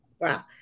Wow